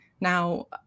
now